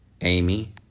Amy